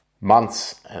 months